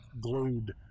glued